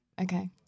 okay